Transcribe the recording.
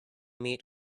meat